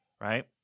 right